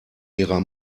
ihrer